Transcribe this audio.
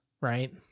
Right